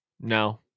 No